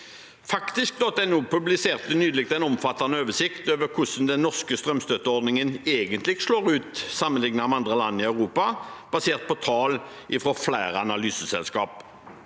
Faktisk.no publiserte nylig en omfattende oversikt over hvordan den norske strømstøtteordningen egentlig slår ut sammenlignet med andre land i Europa, basert på tall fra flere analyseselskap.